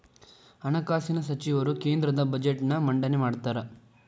ಹಣಕಾಸಿನ ಸಚಿವರು ಕೇಂದ್ರದ ಬಜೆಟ್ನ್ ಮಂಡನೆ ಮಾಡ್ತಾರಾ